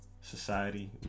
society